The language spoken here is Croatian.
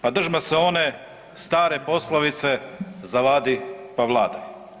Pa držimo se one stare poslovice, zavadi pa vladaj.